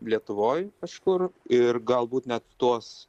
lietuvoj kažkur ir galbūt net tuos